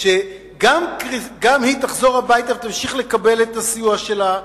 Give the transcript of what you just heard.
שגם היא תחזור הביתה ותמשיך לקבל את הסיוע שלה,